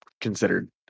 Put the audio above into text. considered